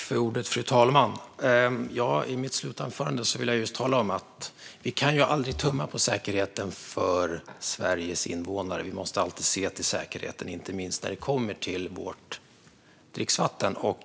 Fru talman! Vi kan aldrig tumma på säkerheten för Sveriges invånare. Vi måste alltid se till säkerheten, inte minst när det kommer till vårt dricksvatten.